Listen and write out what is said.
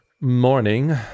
Morning